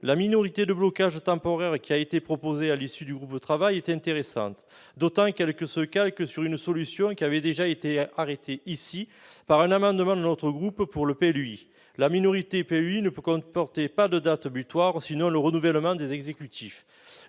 La minorité de blocage temporaire qui a été proposée à l'issue du groupe de travail est intéressante, d'autant qu'elle se calque sur une solution qui a déjà été arrêtée ici même pour le PLUI par le biais d'un amendement de mon groupe. Pour le PLUI, la minorité ne comportait pas de date-butoir, sinon le renouvellement des exécutifs.